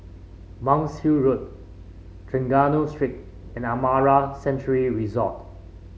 Monk's Hill Road Trengganu Street and Amara Sanctuary Resort